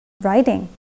writing